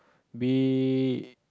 be